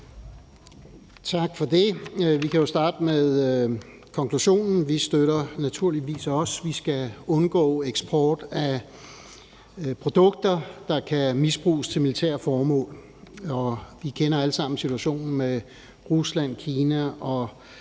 Tak for det. Vi kan jo starte med konklusionen: Vi støtter det naturligvis også. Vi skal undgå eksport af produkter, der kan misbruges til militære formål. Og vi kender alle sammen situationen med Rusland, Kina og